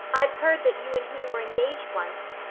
i've heard that you and he were engaged once.